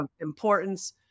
importance